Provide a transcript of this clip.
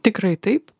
tikrai taip